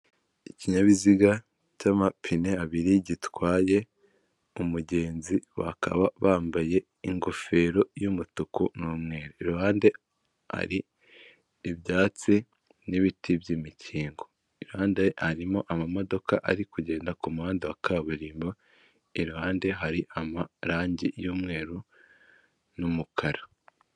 Ikinyabiziga gifite amapine abiri gitwaye umugenzi bakaba bambaye ingofero y'umutuku n'umweru. Iruhande hari ibyatsi n'ibiti by'imikingo, iruhande harimo amamodoka ari kugenda ku muhanda wa kaburimbo, iruhande hari amarange y'umweru n'umukara.